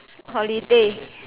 holiday